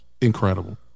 incredible